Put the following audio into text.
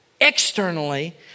externally